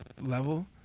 level